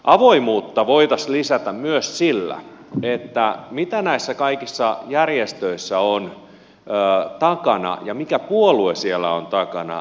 avoimuutta voitaisiin lisätä myös siinä mitä näissä kaikissa järjestöissä on takana ja mikä puolue siellä on takana